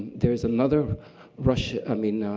there is another russian i mean,